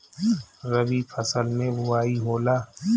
रबी फसल मे बोआई होला?